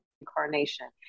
incarnation